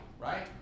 right